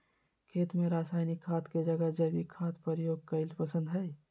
खेत में रासायनिक खाद के जगह जैविक खाद प्रयोग कईल पसंद हई